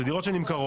אלו דירות שנמכרות,